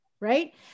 right